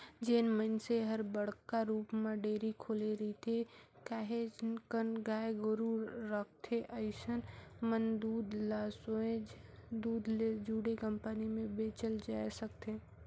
जेन मइनसे हर बड़का रुप म डेयरी खोले रिथे, काहेच कन गाय गोरु रखथे अइसन मन दूद ल सोयझ दूद ले जुड़े कंपनी में बेचल जाय सकथे